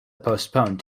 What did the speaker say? postponed